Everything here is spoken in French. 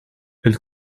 elle